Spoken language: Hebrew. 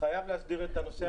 חייבים להסדיר את הנושא הזה.